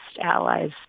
allies